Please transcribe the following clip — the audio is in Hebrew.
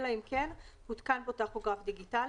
אלא אם כן הותקן בו טכוגרף דיגיטלי"".